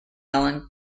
ellen